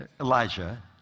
Elijah